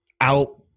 out